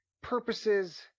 purposes